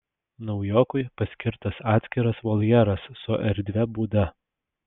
naujokui paskirtas atskiras voljeras su erdvia būda